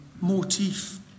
motif